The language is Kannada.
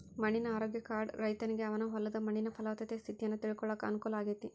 ಮಣ್ಣಿನ ಆರೋಗ್ಯ ಕಾರ್ಡ್ ರೈತನಿಗೆ ಅವನ ಹೊಲದ ಮಣ್ಣಿನ ಪಲವತ್ತತೆ ಸ್ಥಿತಿಯನ್ನ ತಿಳ್ಕೋಳಾಕ ಅನುಕೂಲ ಆಗೇತಿ